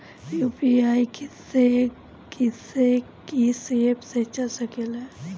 UPI किस्से कीस app से चल सकेला?